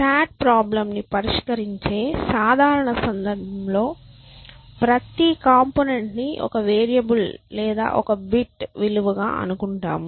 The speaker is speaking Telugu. SAT ప్రాబ్లెమ్ ని పరిష్కరించే సాధారణ సందర్భంలో ప్రతి కంపోనెంట్ ని ఒక వేరియబుల్ లేదా ఒక బిట్ విలువ గా అనుకుంటాము